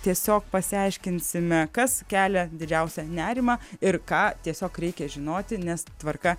tiesiog pasiaiškinsime kas kelia didžiausią nerimą ir ką tiesiog reikia žinoti nes tvarka